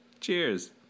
Cheers